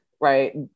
right